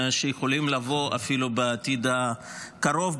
שיכולים לבוא אפילו בעתיד הקרוב,